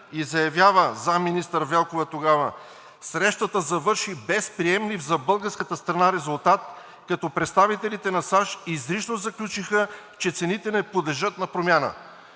заместник-министър Велкова заявява: „Срещата завърши без приемлив за българската страна резултат, като представителите на САЩ изрично заключиха, че цените не подлежат на промяна.“